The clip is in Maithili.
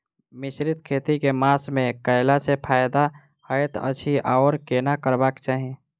मिश्रित खेती केँ मास मे कैला सँ फायदा हएत अछि आओर केना करबाक चाहि?